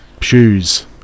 shoes